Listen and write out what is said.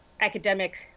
academic